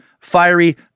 fiery